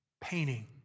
painting